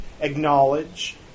acknowledge